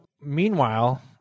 meanwhile